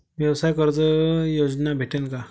व्यवसाय कर्ज योजना भेटेन का?